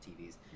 TV's